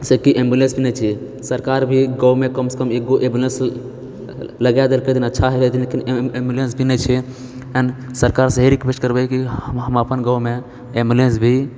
जैसे कि एम्बुलेंस नहि छै सरकार भी गाँवमे कमसँ कम एगो एम्बुलेंस लगाए देलकै तऽ अच्छा लेकिन एम्बुलेंस भी नहि छै सरकार से यही रिक्वेस्ट करबै कि हम अपन गाँवमे एम्बुलेंस भी